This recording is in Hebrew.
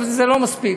אבל זה לא מספיק.